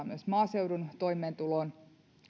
myös maaseudun toimeentuloon